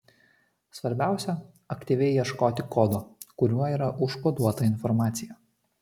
svarbiausia aktyviai ieškoti kodo kuriuo yra užkoduota informacija